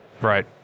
Right